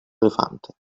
elefante